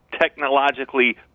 technologically